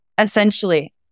essentially